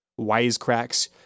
wisecracks